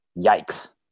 yikes